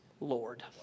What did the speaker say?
Lord